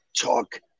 talk